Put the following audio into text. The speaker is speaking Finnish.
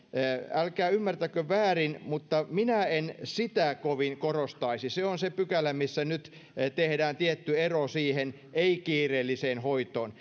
älkää ymmärtäkö väärin mutta minä en sitä kovin korostaisi se on se pykälä missä nyt tehdään tietty ero siihen ei kiireelliseen hoitoon